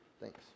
Thanks